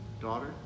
daughter